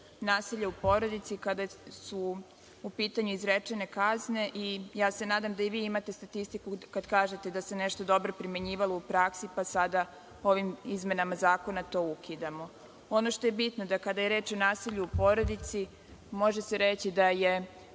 nasilja u porodici kada su u pitanju izrečene kazne. Nadam se da i vi imate statistiku kada kažete da se nešto dobro primenjivalo, pa sada ovim izmenama zakona to ukidamo. Ono što je bitno, kada je reč o nasilju u porodici, može se reći da je